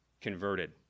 converted